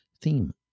theme